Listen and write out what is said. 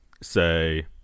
say